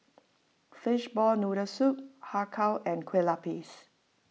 Fishball Noodle Soup Har Kow and Kueh Lapis